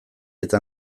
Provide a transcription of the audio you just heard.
eta